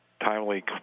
timely